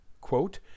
Quote